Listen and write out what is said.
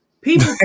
People